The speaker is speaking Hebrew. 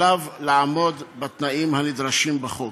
עליו לעמוד בתנאים הנדרשים בחוק.